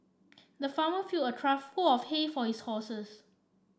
the farmer filled a trough full of hay for his horses